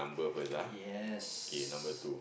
yes